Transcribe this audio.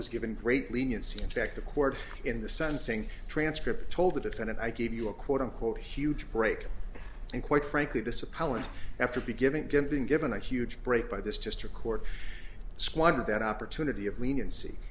was given great leniency in fact the court in the sensing transcript told the defendant i gave you a quote unquote huge break and quite frankly this appellant after be given given given a huge break by this just to court squander that opportunity of leniency